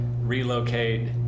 relocate